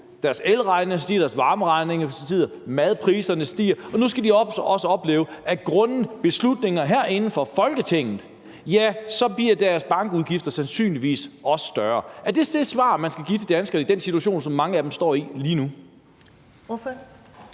deres elregninger stiger, at deres varmeregninger stiger, madpriserne stiger, at de nu også skal opleve, at med beslutninger herinde fra Folketingets side bliver deres bankudgifter sandsynligvis også større? Er det det svar, man skal give til danskerne i den situation, som mange af dem står i lige nu? Kl.